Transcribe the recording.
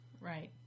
Right